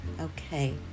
Okay